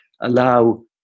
allow